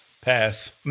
Pass